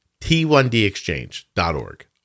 T1DExchange.org